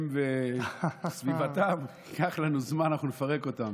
הם וסביבתם, ייקח לנו זמן, אנחנו נפרק אותם.